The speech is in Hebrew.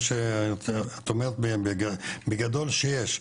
או שאת אומרת בגדול שיש,